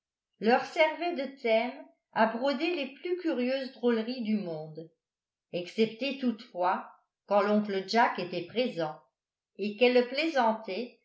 lintérieur leur servaient de thème à broder les plus curieuses drôleries du monde excepté toutefois quand l'oncle jack était présent et qu'elles